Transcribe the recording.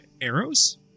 arrows